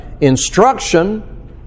Instruction